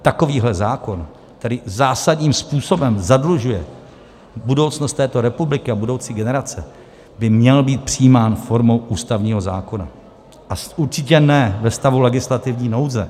Takovýto zákon, který zásadním způsobem zadlužuje budoucnost této republiky a budoucí generace, by měl být přijímán formou ústavního zákona a určitě ne ve stavu legislativní nouze.